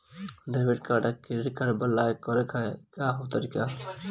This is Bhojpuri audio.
डेबिट या क्रेडिट कार्ड ब्लाक करे के का तरीका ह?